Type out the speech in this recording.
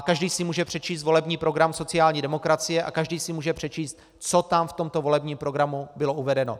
Každý si může přečíst volební program sociální demokracie a každý si může přečíst, co tam v tomto volebním programu bylo uvedeno.